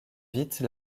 vite